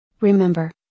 Remember